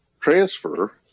transfer